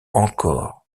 encore